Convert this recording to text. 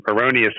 erroneous